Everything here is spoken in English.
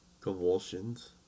convulsions